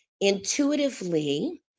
intuitively